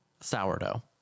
Sourdough